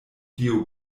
dio